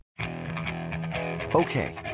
okay